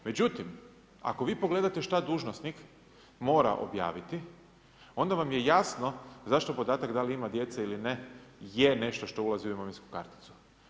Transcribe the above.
Međutim, ako vi pogledate šta dužnosnik mora objaviti, onda vam je jasno zašto podatak da li ima djece ili ne je nešto što ulazi u imovinsku karticu.